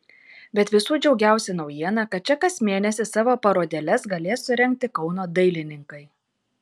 bet visų džiugiausia naujiena kad čia kas mėnesį savo parodėles galės surengti kauno dailininkai